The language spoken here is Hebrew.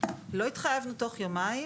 לא התחייבנו בתוך יומיים.